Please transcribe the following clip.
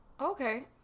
Okay